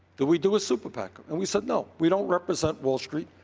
do we do a super pac? and, we said no. we don't represent wall street,